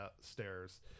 stairs